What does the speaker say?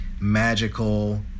magical